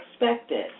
expected